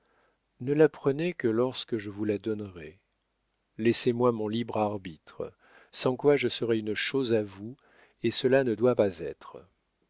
ne la prenez que lorsque je vous la donnerai laissez-moi mon libre arbitre sans quoi je serais une chose à vous et cela ne doit pas être